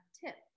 tip